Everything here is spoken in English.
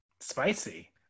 spicy